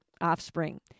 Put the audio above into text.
offspring